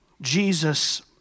Jesus